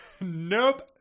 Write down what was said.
nope